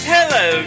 Hello